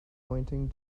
pointing